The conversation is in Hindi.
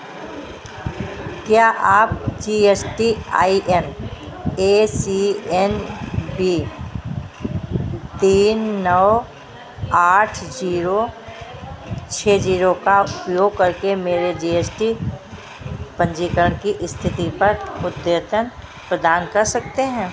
क्या आप G S T I N A C N B तीन नौ आठ जीरो छः जीरो का उपयोग करके मेरे जी एस टी पंजीकरण की स्थिति पर अद्यतन प्रदान कर सकते हैं